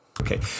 Okay